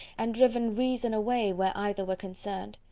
and driven reason away, where either were concerned.